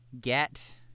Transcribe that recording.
get